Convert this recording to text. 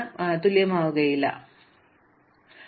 അതിനാൽ അത് എല്ലായ്പ്പോഴും നമുക്ക് ആവശ്യമുള്ള മൂല്യം സ്വീകരിക്കും